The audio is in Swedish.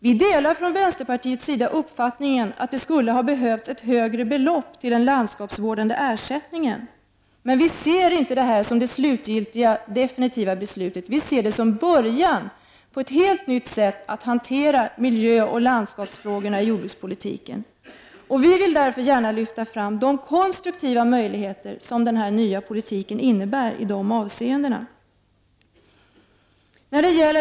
Vi i vänsterpartiet delar uppfattningen att anslagen till den landskapsvårdande ersättningen borde ha varit högre, men vi anser inte att detta beslut är det slutgiltiga beslutet — vi uppfattar detta beslut som början på ett helt nytt sätt att hantera miljöoch landskapsfrågorna i jordbrukspolitiken. Vi vill därför gärna framhålla de kontruktiva möjligheter som denna nya politik innebär i de avseendena.